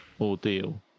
ordeal